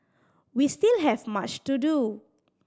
we still have much to do